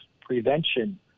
prevention